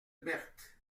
berthe